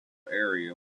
area